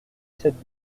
cette